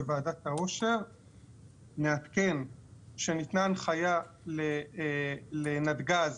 נעדכן שניתנה הנחיה לנתג"ז